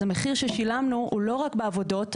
אז המחיר ששילמו הוא לא רק בעבודות,